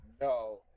no